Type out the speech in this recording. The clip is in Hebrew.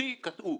אותי קטעו.